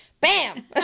Bam